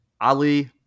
Ali